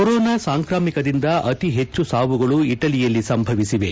corona ಸಾಂಕ್ರಾಮಿಕದಿಂದ ಅತಿ ಹೆಚ್ಚು ಸಾವುಗಳು ಇಟಲಿಯಲ್ಲಿ ಸಂಭವಿಸಿವೆ